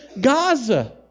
Gaza